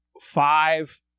five